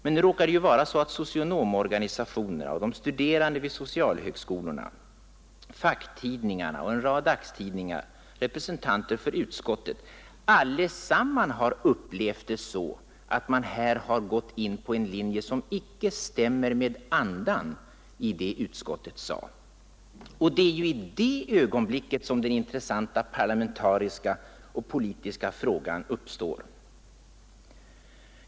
Men nu råkar det vara så att socionomorganisationerna och de studerande vid socialhögskolorna, facktidningarna och en rad dagstidningar och representanter för utskottet allesammans har upplevt saken på det sättet att statsrådet här har gått in på en linje som icke stämmer med andan i vad utskottet sagt. Det är i detta ögonblick som den intressanta parlamentariska och politiska frågan uppstår.